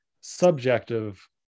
subjective